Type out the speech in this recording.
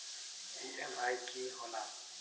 EMI की होला?